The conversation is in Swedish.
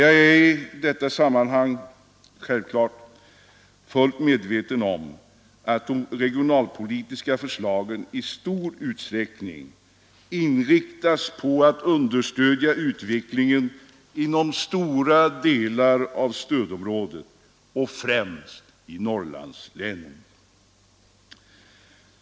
Jag är i detta sammanhang självklart fullt medveten om att de regionalpolitiska förslagen i stor utsträckning inriktas på att understödja utvecklingen inom stora delar av stödområdet och främst i Norrlandslänen.